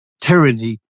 tyranny